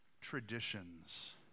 traditions